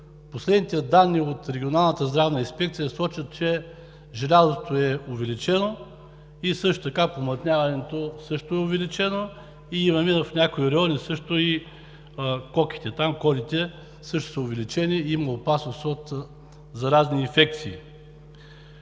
последните данни от Регионалната здравна инспекция сочат, че желязото е увеличено, помътняването също е увеличено, в някой райони имаме и коки, а там коките също са увеличени и има опасност от заразни инфекции.